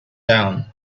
down